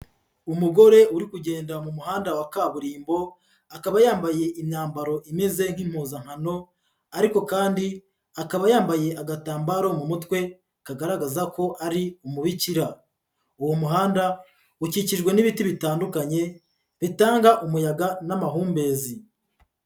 Umugore uri kugenda mu muhanda wa kaburimbo, akaba yambaye imyambaro imeze nk'impuzankano ariko kandi akaba yambaye agatambaro mu mutwe kagaragaza ko ari umubikira. Uwo muhanda ukikijwe n'ibiti bitandukanye, bitanga umuyaga n'amahumbezi.